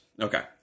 Okay